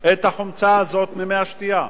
את החומצה הזאת ממי השתייה,